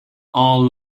all